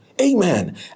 amen